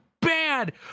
bad